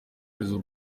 kohereza